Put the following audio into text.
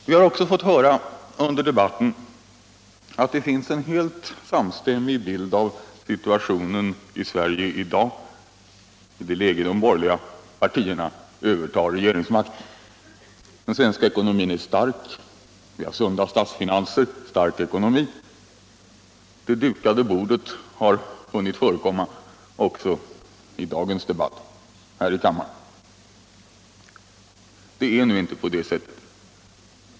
Vi har också fått höra under debatten att det finns en helt samstämmig bild av situationen i Sverige när det gäller det läge i vilket de borgerliga partierna Övertar regeringsmakien. Den svenska ckonomin är stark. Vi har sunda statsfinanser och en stark ekonomi. Det dukade bordet har hunnit förekomma också i dagens debatu hiär i kammaren. Det är nu inte på det sättet.